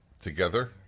together